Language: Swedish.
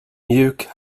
mjuk